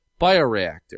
bioreactor